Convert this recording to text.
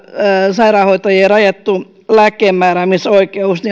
sairaanhoitajien rajattu lääkkeenmääräämisoikeus